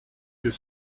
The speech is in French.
que